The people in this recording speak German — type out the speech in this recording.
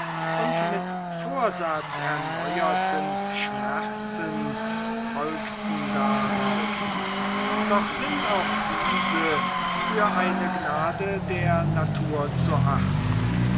und mit vorsatz erneuerten schmerzes folgten darauf doch sind auch diese für eine gnade der natur zu achten